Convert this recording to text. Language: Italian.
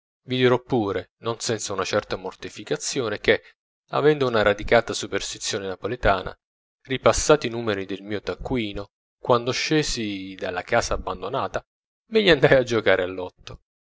vi dirò pure non senza una certa mortificazione che avendo per una radicata superstizione napoletana ripassati i numeri nel mio taccuino quando scesi dalla casa abbandonata me gli andai a giocare al lotto